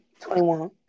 21